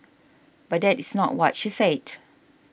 but that is not what she said